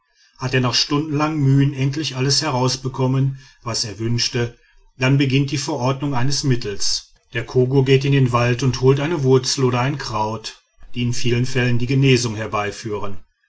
hat er nach stundenlangem mühen endlich alles herausbekommen was er wünschte dann beginnt die verordnung eines mittels der kogur geht in den wald und holt eine wurzel oder ein kraut die in vielen fällen die genesung herbeiführen